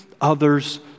others